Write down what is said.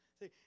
See